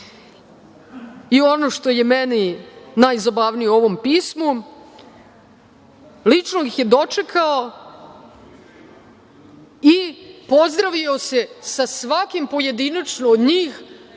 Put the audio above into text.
i, ono što je meni najzabavnije u ovom pismu, lično ih je dočekao i pozdravio se svakim pojedinačno od njih